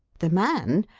the man?